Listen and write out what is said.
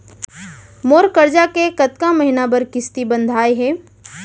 मोर करजा के कतका महीना बर किस्ती बंधाये हे?